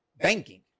Banking